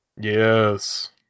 Yes